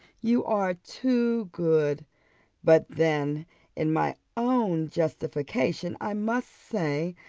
you are too good but then in my own justification i must say,